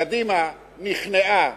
קדימה נכנעה